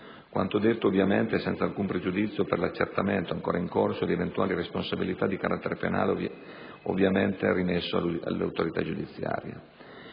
Quanto detto ovviamente senza alcun pregiudizio per l'accertamento - ancora in corso - di eventuali responsabilità di carattere penale, naturalmente rimesso all'autorità giudiziaria.